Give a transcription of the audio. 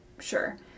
Sure